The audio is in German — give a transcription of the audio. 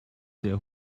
sehr